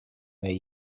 their